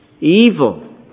evil